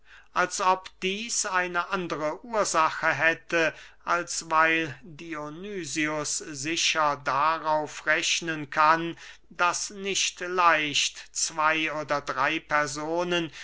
als ob dieß eine andere ursache hätte als weil dionysius sicher darauf rechnen kann daß nicht leicht zwey oder drey personen